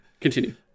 Continue